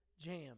jam